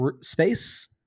space